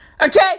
Okay